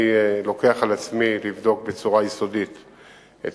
אני לוקח על עצמי לבדוק בצורה יסודית את